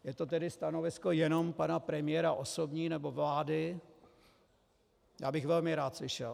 Je to tedy stanovisko jenom pana premiéra osobní, nebo vlády? bych velmi rád slyšel.